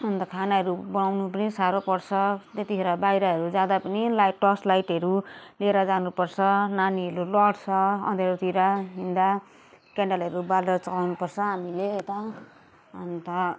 अन्त खानाहरू बनाउनु पनि साह्रो पर्छ त्यतिखेर बाहिरहरू जाँदा पनि लाइट टर्चलाइटहरू लिएर जानुपर्छ नानीहरू लड्छ अँध्यारोतिर हिँड्दा क्यान्डलहरू बालेर चलाउनुपर्छ हामीले यता अन्त